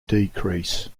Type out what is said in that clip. decrease